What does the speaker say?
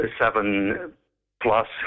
seven-plus